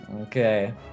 Okay